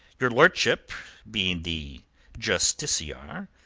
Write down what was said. your lordship, being the justiciar,